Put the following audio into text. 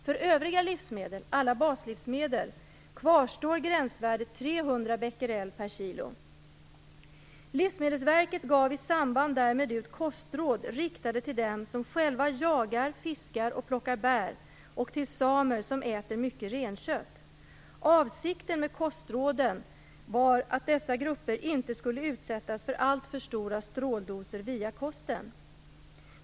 För övriga livsmedel - alla baslivsmedel - kvarstår gränsvärdet 300 Bq/kg . Livsmedelsverket gav i samband därmed ut kostråd, riktade till dem som själva jagar, fiskar och plockar bär och till samer som äter mycket renkött. Avsikten med kostråden var att dessa grupper inte skulle utsättas för alltför stora stråldoser via kosten.